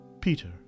Peter